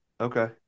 Okay